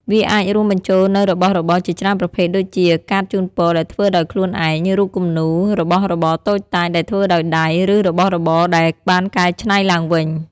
វាអាចរួមបញ្ចូលនូវរបស់របរជាច្រើនប្រភេទដូចជា កាតជូនពរដែលធ្វើដោយខ្លួនឯង រូបគំនូរ របស់របរតូចតាចដែលធ្វើដោយដៃ ឬរបស់របរដែលបានកែច្នៃឡើងវិញ។